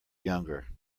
younger